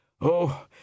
Oh